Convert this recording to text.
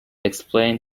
explain